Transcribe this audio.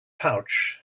pouch